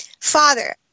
Father